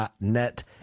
net